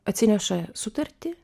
atsineša sutartį